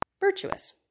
virtuous